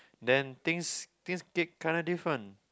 then things things get kinda different